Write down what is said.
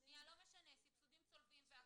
לא משנה, סבסוד צולב והכל.